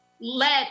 let